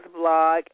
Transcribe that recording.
blog